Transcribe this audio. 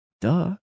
Duh